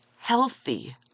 healthy